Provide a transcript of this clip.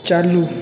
चालू